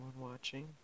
watching